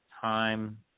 time